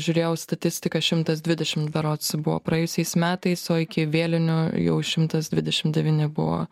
žiūrėjau statistiką šimtas dvidešimt berods buvo praėjusiais metais o iki vėlinių jau šimtas dvidešim devyni buvo